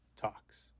talks